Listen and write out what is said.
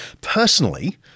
personally